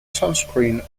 sunscreen